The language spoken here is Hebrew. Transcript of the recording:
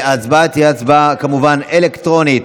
ההצבעה תהיה כמובן אלקטרונית.